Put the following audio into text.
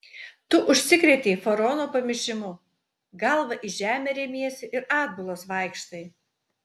tu užsikrėtei faraono pamišimu galva į žemę remiesi ir atbulas vaikštai